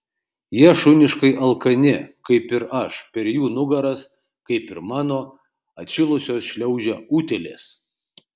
jie šuniškai alkani kaip ir aš per jų nugaras kaip ir mano atšilusios šliaužia utėlės